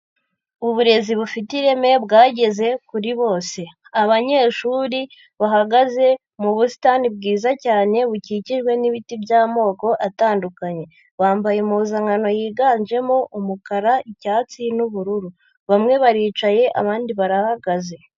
Uburezi bufite ireme bwageze kuri bose, abanyeshuri bahagaze mu busitani bwiza cyane bukikijwe n'ibiti by'amoko atandukanye, bambaye impuzankano yiganjemo umukara, icyatsi n'ubururu, bamwe baricaye abandi barahagaze.